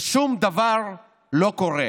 ושום דבר לא קורה.